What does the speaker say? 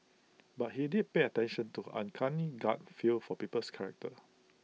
but he did pay attention to her uncanny gut feel for people's characters